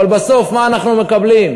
אבל בסוף מה אנחנו מקבלים?